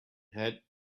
had